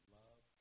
love